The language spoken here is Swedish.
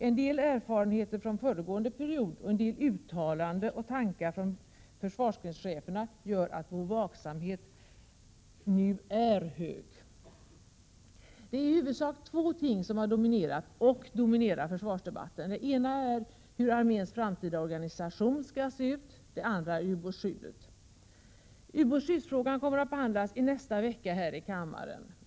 En del erfarenheter från föregående period och en del uttalanden och tankar från försvarsgrenscheferna har lett till att vår vaksamhet nu är hög. Det är i huvudsak två ting som har dominerat, och dominerar, försvarsdebatten. Det ena är arméns framtida organisation, det andra är ubåtsskyddet. Ubåtsskyddsfrågan kommer att behandlas i nästa vecka här i kammaren.